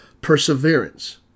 Perseverance